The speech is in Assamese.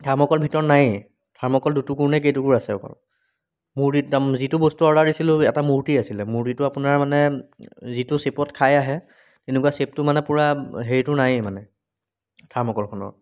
থাৰ্মকোল ভিতৰত নায়েই থাৰ্মকোল দুটুকুৰ নে কেইটুকুৰ আছে অকল মোৰ যিটো বস্তু অৰ্ডাৰ দিছিলোঁ এটা মূৰ্তি আছিলে মূৰ্তিটো আপোনাৰ মানে যিটো শ্বেপত খাই আহে এনেকুৱা শ্বেপটো মানে পূৰা হেৰিটো নায়েই মানে থাৰ্মকোলখনৰ